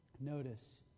Notice